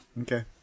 okay